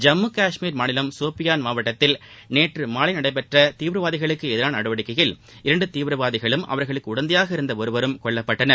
ஜம்மு காஷ்மீர் மாநிலம் சோப்பியான் மாவட்டத்தில் நேற்று மாலை தீவிரவாதிகளுக்கு எதிரான நடவடிக்கையில் இரண்டு தீவிரவாதிகளும் அவர்களுக்கு உடந்தையாக இருந்த ஒருவரும் கொல்லப்பட்டனர்